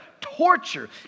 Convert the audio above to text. Torture